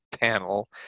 panel